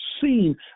seen